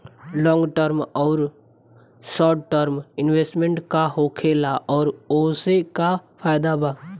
Long term आउर short term investment का होखेला और ओसे का फायदा बा?